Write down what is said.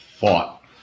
thought